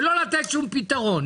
ולא לתת שום פתרון.